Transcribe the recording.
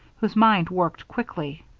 whose mind worked quickly.